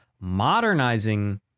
modernizing